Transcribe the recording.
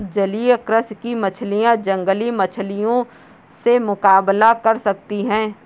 जलीय कृषि की मछलियां जंगली मछलियों से मुकाबला कर सकती हैं